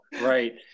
right